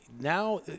now